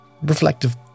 reflective